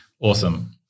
Awesome